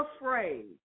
afraid